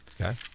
Okay